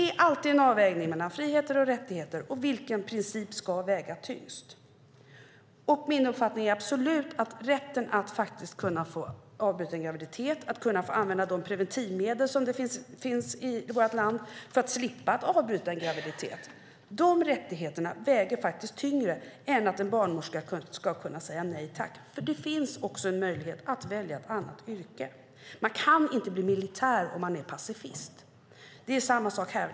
Det är alltid en avvägning mellan friheter och rättigheter och vilken princip som ska väga tyngst. Min absoluta uppfattning är att rätten att avbryta en graviditet och rätten att använda de preventivmedel som finns för att slippa avbryta en graviditet väger tyngre än att en barnmorska ska kunna säga nej. Det finns ju möjlighet att välja ett annat yrke. Man kan inte bli militär om man är pacifist. Det är samma sak här.